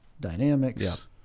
dynamics